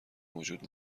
وجود